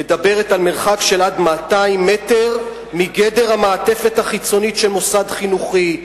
מדברת על מרחק של עד 200 מטר מגדר המעטפת החיצונית של מוסד חינוכי.